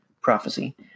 prophecy